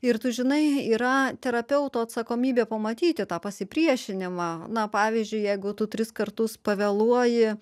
ir tu žinai yra terapeuto atsakomybė pamatyti tą pasipriešinimą na pavyzdžiui jeigu tu tris kartus pavėluoji